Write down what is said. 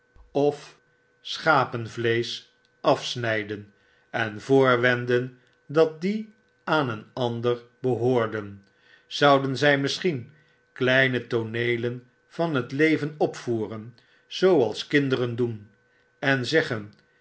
of schapenvleesch afsnyden en voorwenden dat die aan een ander behoorden zouden zy misschien kleine tooneelen van het leven opvoeren zooalskinderendoen enzeggen